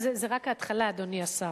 זאת רק התחלה, אדוני השר.